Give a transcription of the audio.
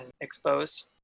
exposed